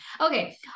Okay